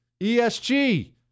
ESG